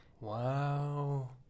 Wow